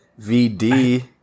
vd